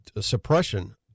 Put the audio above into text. suppression